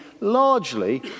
largely